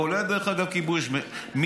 כולל כיבוי אש, דרך אגב.